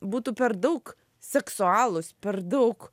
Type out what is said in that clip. būtų per daug seksualūs per daug